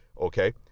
okay